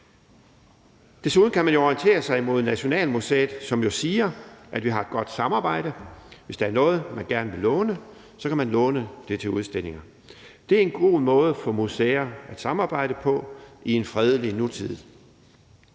Desuden kan man orientere sig hos Nationalmuseet, som jo siger, at vi har et godt samarbejde, og hvis der er noget, man gerne vil låne, kan man låne det til udstillinger. Det er en god måde for museer at samarbejde på i en fredelig nutid.